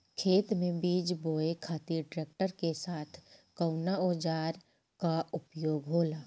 खेत में बीज बोए खातिर ट्रैक्टर के साथ कउना औजार क उपयोग होला?